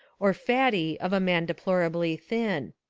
or fatty of a man deplorably thin.